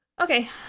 Okay